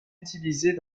utilisés